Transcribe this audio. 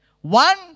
One